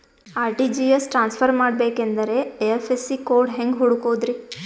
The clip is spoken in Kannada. ಆರ್.ಟಿ.ಜಿ.ಎಸ್ ಟ್ರಾನ್ಸ್ಫರ್ ಮಾಡಬೇಕೆಂದರೆ ಐ.ಎಫ್.ಎಸ್.ಸಿ ಕೋಡ್ ಹೆಂಗ್ ಹುಡುಕೋದ್ರಿ?